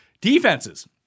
Defenses